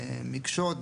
מקשות,